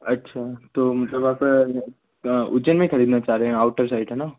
अच्छा तो मतलब आप उज्जैन में ख़रीदना चाह रहे हैं आउटर साइट है ना